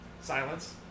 Silence